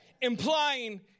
Implying